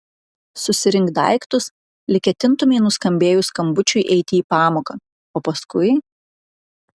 susirink daiktus lyg ketintumei nuskambėjus skambučiui eiti į pamoką o paskui